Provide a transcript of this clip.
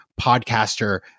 podcaster